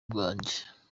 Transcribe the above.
bwanjye